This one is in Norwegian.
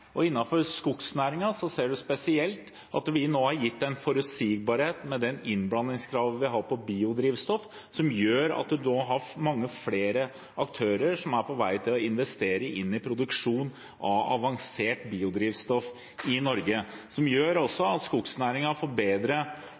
ser en spesielt at vi med innblandingskravet for biodrivstoff har gitt forutsigbarhet, som gjør at en nå har mange flere aktører som er på vei til å investere i produksjon av avansert biodrivstoff i Norge, som også gjør at skognæringen får bedre